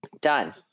Done